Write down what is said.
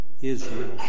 Israel